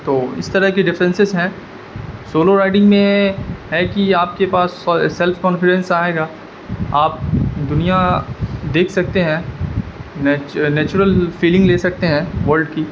تو اس طرح کے ڈفرینسز ہیں سولو رائیڈنگ میں ہے کہ آپ کے پاس سیلف کانفیڈینس آئے گا آپ دنیا دیکھ سکتے ہیں نیچورل فیلنگ لے سکتے ہیں ورلڈ کی